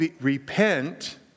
repent